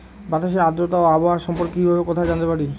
বাতাসের আর্দ্রতা ও আবহাওয়া সম্পর্কে কিভাবে কোথায় জানতে পারবো?